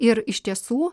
ir iš tiesų